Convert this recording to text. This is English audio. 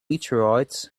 meteorites